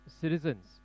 citizens